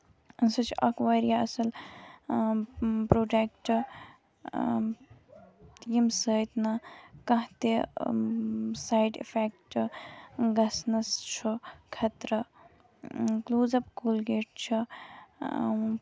سُہ چھُ اکھ واریاہ اَصٕل بروڈکٹ ییٚمہِ سۭتۍ نہٕ کانہہ تہِ سایڈ اِفیکٹ گژھنَس چھُ خطرٕ کٔلوز اَپ کولگیٹ چھُ